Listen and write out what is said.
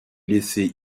laisser